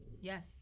Yes